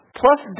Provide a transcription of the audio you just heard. plus